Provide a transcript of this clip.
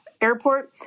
airport